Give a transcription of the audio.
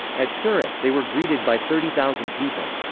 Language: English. at surat, they were greeted by thirty thousand people.